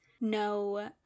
no